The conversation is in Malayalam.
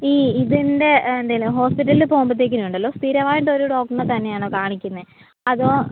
ഈ ഇതിന്റെ എന്തെങ്കിലും ഹോസ്പിറ്റലിൽ പോകുമ്പോഴത്തേക്കിന് ഉണ്ടല്ലോ സ്ഥിരമായിട്ട് ഒരു ഡോക്ടറിനെ തന്നെയാണോ കാണിക്കുന്നത് അതോ